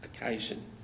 occasion